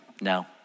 no